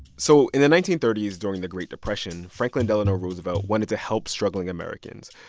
so in the nineteen thirty s during the great depression, franklin delano roosevelt wanted to help struggling americans.